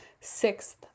sixth